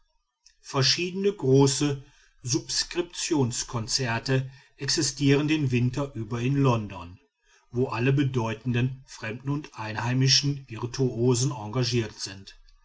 verschiedene große subskriptionskonzerte existieren den winter über in london wo alle bedeutenden fremden und einheimischen virtuosen engagiert sind